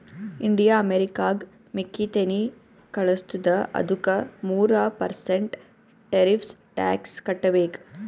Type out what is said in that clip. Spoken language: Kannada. ಇಂಡಿಯಾ ಅಮೆರಿಕಾಗ್ ಮೆಕ್ಕಿತೆನ್ನಿ ಕಳುಸತ್ತುದ ಅದ್ದುಕ ಮೂರ ಪರ್ಸೆಂಟ್ ಟೆರಿಫ್ಸ್ ಟ್ಯಾಕ್ಸ್ ಕಟ್ಟಬೇಕ್